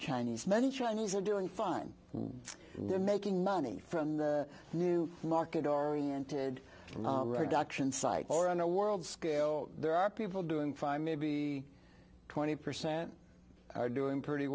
chinese many chinese are doing fine they're making money from the new market oriented or doctrine psyche or on a world scale there are people doing fine maybe twenty percent are doing pretty